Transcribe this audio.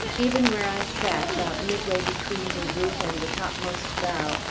even where i sat, about midway between the root and the topmost bough,